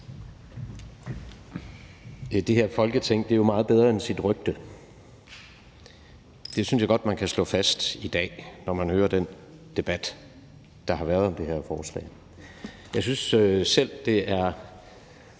Det her Folketing er jo meget bedre end sit rygte. Det synes jeg godt man kan slå fast i dag, når man hører den debat, der har været om det her forslag. Jeg synes selv, det er